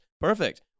Perfect